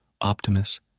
Optimus